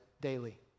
daily